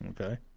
okay